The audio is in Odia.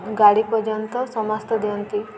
ଗାଡ଼ି ପର୍ଯ୍ୟନ୍ତ ସମସ୍ତ ଦିଅନ୍ତି